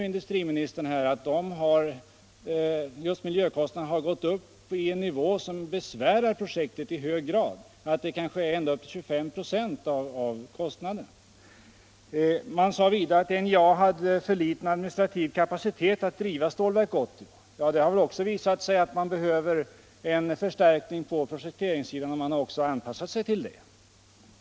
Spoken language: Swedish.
Industriministern medger nu att just miljökostnaderna har gått upp till en nivå som besvärar projektet i hög grad, att de kanske utgör ända upp till 25 96 av de totala kostnadsökningarna. Ekonomerna sade för det andra att NJA hade för liten administrativ kapacitet att driva Stålverk 80. — Det har visat sig att man behöver en förstärkning på projektsidan, och man har också anpassat sig till det.